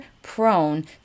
prone